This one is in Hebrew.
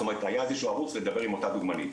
זאת אומרת היה איזשהו ערוץ לדבר עם אותה דוגמנית,